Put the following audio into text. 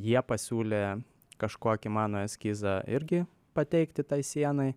jie pasiūlė kažkokį mano eskizą irgi pateikti tai sienai